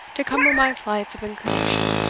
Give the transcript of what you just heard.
to cumber my flights of inclination,